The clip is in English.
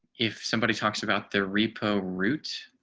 if somebody talks about the repo route.